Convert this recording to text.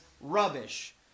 rubbish